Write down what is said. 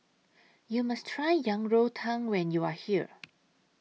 YOU must Try Yang Rou Tang when YOU Are here